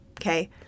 okay